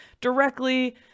directly